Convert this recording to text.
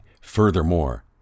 furthermore